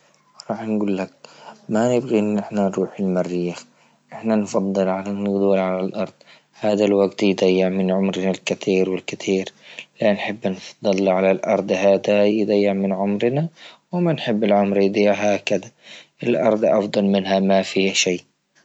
راح نقول لك ما نبغي أن أحنا نروح المريخ، أحنا نفضل على ندور على أرض، هذا الوقت يضيع من عمرنا الكثير والكثير، لا نحب نتطلع على أرض هذا يضيع من عمرنا وما نحب العمر يضيع هكذا، الأرض أفضل منها ما فيها شيء.